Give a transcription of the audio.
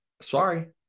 sorry